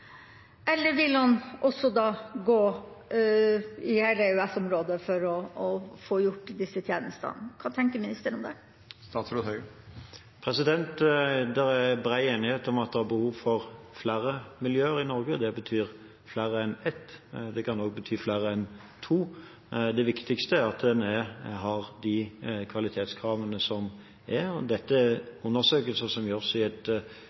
Eller vil han også gå til EØS-området for å få gjort disse tjenestene? Hva tenker ministeren om det? Det er bred enighet om at det er behov for flere miljøer i Norge – det betyr flere enn ett, det kan også bety flere enn to. Det viktigste er at en har de kvalitetskravene som er. Dette er undersøkelser som gjøres i et